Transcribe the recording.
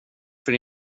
för